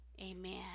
Amen